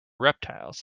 reptiles